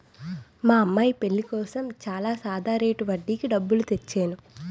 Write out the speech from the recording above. మా అమ్మాయి పెళ్ళి కోసం చాలా సాదా రేటు వడ్డీకి డబ్బులు తెచ్చేను